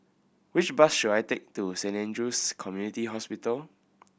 which bus should I take to Saint Andrew's Community Hospital